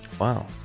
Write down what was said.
Wow